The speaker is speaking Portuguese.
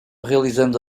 realizando